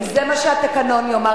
אם זה מה שהתקנון יאמר,